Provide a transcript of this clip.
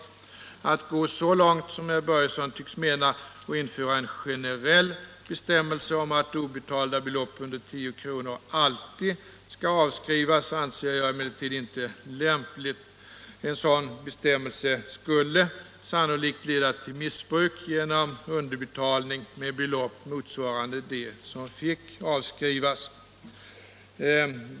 Att — Om avskrivning av gå så långt som herr Börjesson tycks mena och införa en generell be = smärre statliga stämmelse om att obetalda belopp under 10 kr. alltid skall avskrivas = fordringsbelopp anser jag emellertid inte lämpligt. En sådan bestämmelse skulle sannolikt leda till missbruk genom underbetalning med belopp motsvarande det som fick avskrivas.